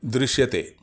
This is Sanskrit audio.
दृश्यते